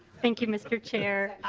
thank you mr. chair